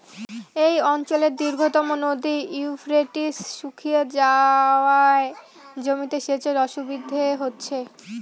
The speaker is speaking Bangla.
এই অঞ্চলের দীর্ঘতম নদী ইউফ্রেটিস শুকিয়ে যাওয়ায় জমিতে সেচের অসুবিধে হচ্ছে